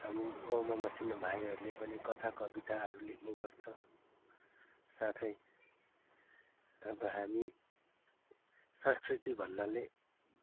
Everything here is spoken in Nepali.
हाम्रो गाउँमा मसिनो भाइहरूले पनि कथा कविताहरू लेख्ने गर्छ साथै अब हामी संस्कृति भन्नाले